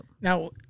now